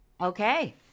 Okay